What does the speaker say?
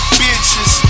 bitches